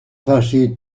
fâché